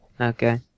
Okay